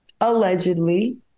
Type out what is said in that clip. allegedly